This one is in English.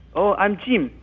oh, i'm jim,